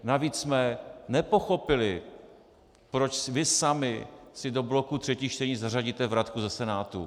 Navíc jsme nepochopili, proč vy sami si do bloku třetích čtení zařadíte vratku ze Senátu.